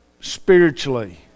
spiritually